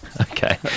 Okay